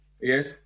yes